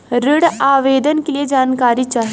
ऋण आवेदन के लिए जानकारी चाही?